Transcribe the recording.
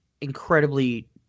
incredibly